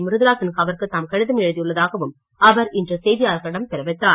மிருதுளா சின்ஹாவிற்கு தாம் கடிதம் எழுதியுள்ளதாகவும் அவர் இன்று செய்தியாளர்களிடம் தெரிவித்தார்